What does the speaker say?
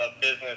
business